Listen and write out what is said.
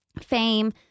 fame